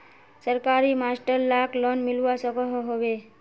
सरकारी मास्टर लाक लोन मिलवा सकोहो होबे?